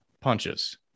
punches